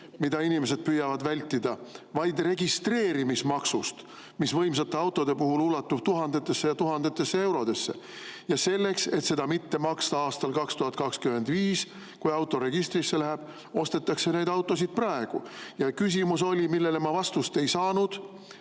et nad püüavad vältida] registreerimismaksu, mis võimsate autode puhul ulatub tuhandetesse ja tuhandetesse eurodesse. Ja selleks, et seda mitte maksta aastal 2025, kui auto registrisse läheb, ostetakse neid autosid praegu. Ja [minu] küsimus, millele ma aga vastust ei saanud,